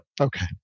Okay